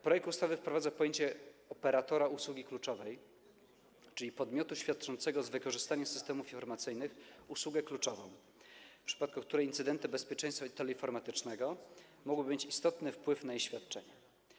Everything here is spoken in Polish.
Projekt ustawy wprowadza pojęcie operatora usługi kluczowej, czyli podmiotu świadczącego z wykorzystaniem systemów informacyjnych usługę kluczową, w przypadku której incydenty bezpieczeństwa teleinformatycznego mogą mieć istotny wpływ na jej świadczenie.